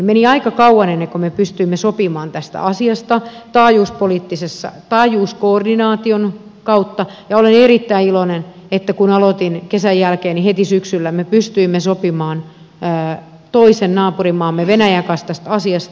meni aika kauan ennen kuin me pystyimme sopimaan tästä asiasta taajuuskoordinaation kautta ja olen erittäin iloinen että kun aloitin kesän jälkeen niin heti syksyllä me pystyimme sopimaan toisen naapurimaamme venäjän kanssa tästä asiasta